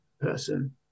person